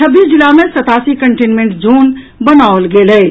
छब्बीस जिला मे सतासी कन्टेनमेंट जोन बनाओल गेल अछि